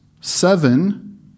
seven